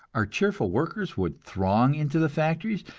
our cheerful workers would throng into the factories,